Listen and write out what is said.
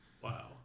Wow